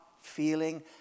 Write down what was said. feeling